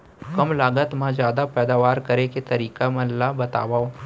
कम लागत मा जादा पैदावार करे के तरीका मन ला बतावव?